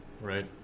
right